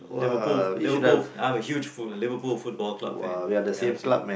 Liverpool Liverpool I'm a huge Liverpool Football Club fan L_F_C